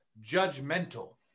judgmental